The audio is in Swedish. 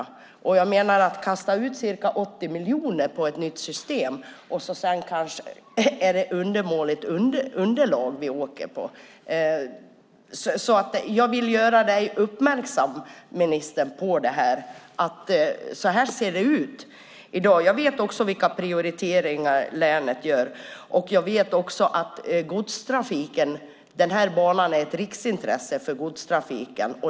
Här handlar det om att man ska kasta ut ca 80 miljoner på ett nytt system när underlaget på banan där tågen ska gå är undermåligt. Jag vill göra ministern uppmärksam på hur det ser ut i dag. Jag vet också vilka prioriteringar som länet gör. Jag vet också att denna bana är ett riksintresse för godstrafiken.